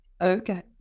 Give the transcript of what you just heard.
Okay